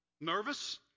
Nervous